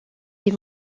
des